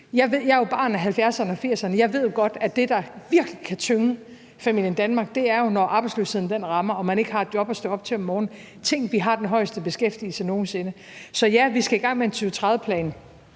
Jeg er jo barn af 1970'erne og 1980'erne, og jeg ved jo godt, at det, der virkelig kan tynge familien Danmark, er, når arbejdsløsheden rammer og man ikke har et job at stå op til om morgenen. Tænk, at vi har den højeste beskæftigelse nogen sinde. Så ja, vi skal i gang med en 2030-plan,